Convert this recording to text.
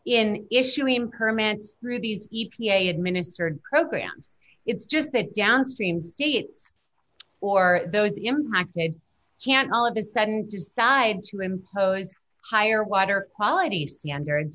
in issuing impermanence through these e p a administered programs it's just that downstream states or those impacted can't all of a sudden decide to impose higher water quality standards